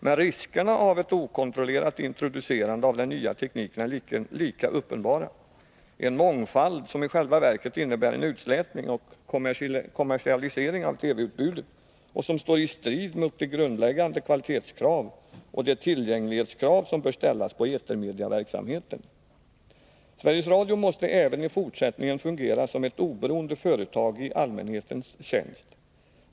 Men riskerna av ett okontrollerat introducerade av den nya tekniken är lika uppenbara: en mångfald som i själva verket innebär en utslätning och kommersialisering av TV-utbudet och som står i strid mot de grundläggande kvalitetskrav och de tillgänglighetskrav som bör ställas på etermedieverksamheten. Sveriges Radio måste även i fortsättningen fungera som ett oberoende företag i allmänhetens tjänst.